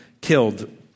killed